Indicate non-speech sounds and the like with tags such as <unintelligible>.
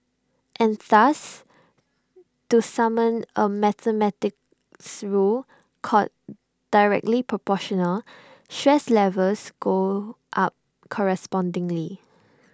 and thus to summon A mathematics <unintelligible> called directly Proportional stress levels go up correspondingly